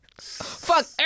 Fuck